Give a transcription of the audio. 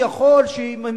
אדוני היושב-ראש,